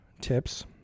tips